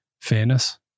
fairness